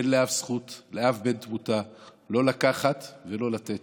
אין לאף בן תמותה זכות לא לקחת ולא לתת.